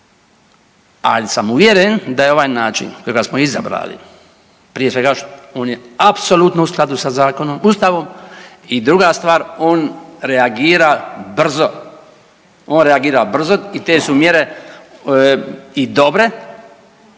ali sam uvjeren da je ovaj način kojega smo izabrali, prije svega on je apsolutno u skladu sa zakonom, Ustavom i druga stvar, on reagira brzo. On reagira brzo i te su mjere i dobre